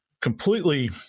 completely